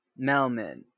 Melman